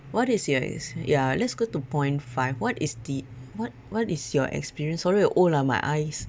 what is your ex~ ya let's go to point five what is the what what is your experience sorry old lah my eyes